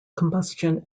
combustion